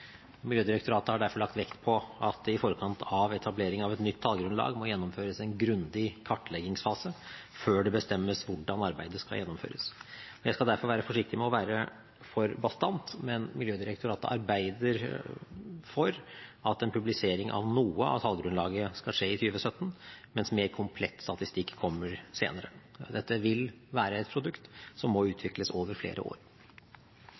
Miljødirektoratet har derfor lagt vekt på at det i forkant av etablering av et nytt tallgrunnlag må gjennomføres en grundig kartleggingsfase før man bestemmer hvordan arbeidet skal gjennomføres. Jeg skal derfor være forsiktig med å være for bastant, men Miljødirektoratet arbeider for at publisering av noe av tallgrunnlaget skal skje i 2017, mens mer komplett statistikk kommer senere. Dette vil være et produkt som må utvikles over flere år.